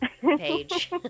page